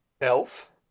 Elf